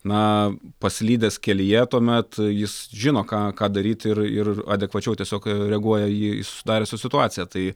na paslydęs kelyje tuomet jis žino ką ką daryti ir ir adekvačiau tiesiog reaguoja į susidariusią situaciją tai